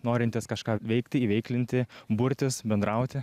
norintis kažką veikti įveiklinti burtis bendrauti